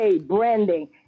branding